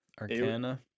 Arcana